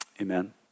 Amen